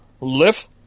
lift